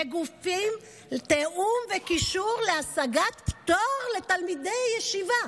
לגופים לתיאום וקישור להשגת פטור לתלמידי ישיבה.